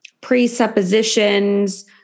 presuppositions